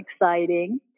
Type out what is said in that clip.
exciting